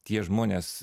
tie žmonės